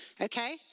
okay